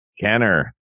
Kenner